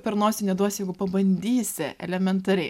per nosį neduos jeigu pabandysi elementariai